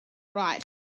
right